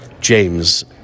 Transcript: James